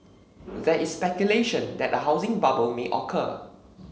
there is speculation that a housing bubble may occur